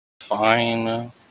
Fine